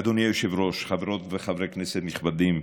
אדוני היושב-ראש, חברות וחברי כנסת נכבדים,